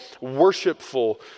worshipful